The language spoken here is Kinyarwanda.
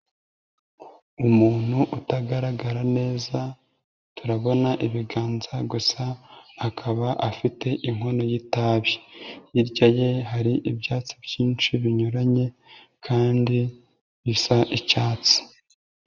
Umuntu utagaragara neza turabona ibiganza gusa akaba afite inkono y'itabi, hirya ye hari ibyatsi byinshi binyuranye kandi bisa icyatsi.